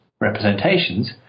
Representations